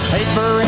paper